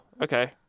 okay